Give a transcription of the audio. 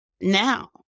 Now